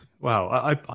Wow